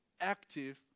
active